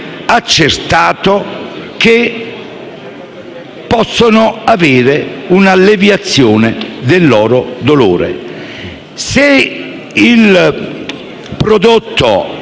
possono avere un alleviamento del loro dolore. Se il prodotto venisse regolarmente